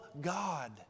God